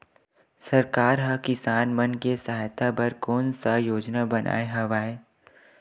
सरकार हा किसान मन के सहायता बर कोन सा योजना बनाए हवाये?